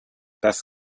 das